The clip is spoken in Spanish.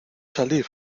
salir